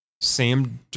Sam